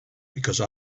because